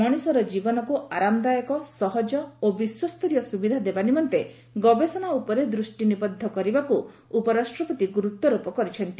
ମଣିଷର ଜୀବନକୁ ଆରାମଦାୟକ ସହଜ ଓ ବିଶ୍ୱସ୍ତରୀୟ ସୁବିଧା ଦେବା ନିମନ୍ତେ ଗବେଷଣା ଦୃଷ୍ଟିନିବଦ୍ଧ କରିବା ଉପରେ ଉପରାଷ୍ଟ୍ରପତି ଗୁରୁତ୍ୱାରୋପ କରିଛନ୍ତି